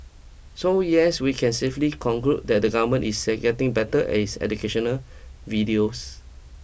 so yes we can safely conclude that the government is getting better at its educational videos